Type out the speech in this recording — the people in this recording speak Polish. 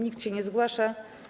Nikt się nie zgłasza.